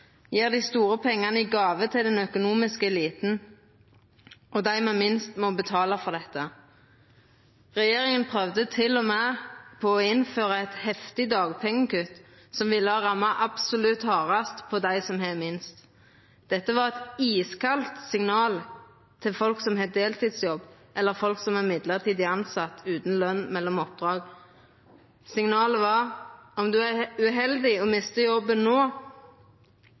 gjer regjeringa noko med. I staden innfører dei generelle ostehøvelkutt, gjev dei store pengane i gåve til den økonomiske eliten, og dei med minst må betala for dette. Regjeringa prøvde til og med å innføra eit heftig dagpengekutt som ville ha ramma absolutt hardast dei som har minst. Dette var eit iskaldt signal til folk som har deltidsjobb, eller folk som er førebels tilsette utan løn mellom oppdraga. Signalet var at om ein er uheldig og